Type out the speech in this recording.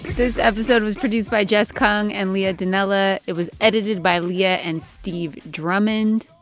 this episode was produced by jess kung and leah donnella. it was edited by leah and steve drummond